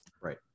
Right